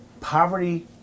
poverty